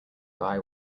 guy